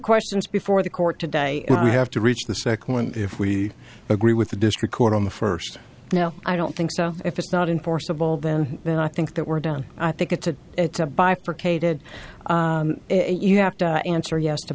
questions before the court today and i have to reach the second one if we agree with the disc record on the first no i don't think so if it's not enforceable then i think that we're down i think it's a it's a bifurcated you have to answer yes to